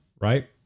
right